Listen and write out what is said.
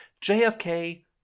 JFK